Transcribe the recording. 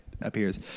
appears